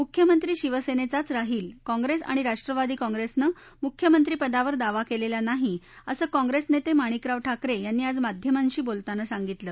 मुख्यमंत्री शिवसेनेचाच राहील काँप्रेस आणि राष्ट्रवादी काँप्रेसनं मुख्यमंत्रीपदावर दावा केलेला नाही असं काँप्रेस नेते माणिकराव ठाकरे यांनी आज माध्यमांशी बोलताना सांगितलं